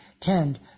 tend